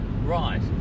Right